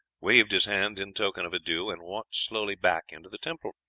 waved his hand in token of adieu, and walked slowly back into the temple.